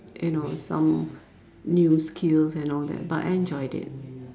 you know some new skills and all that but I enjoyed it